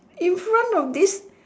in front of this